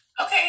Okay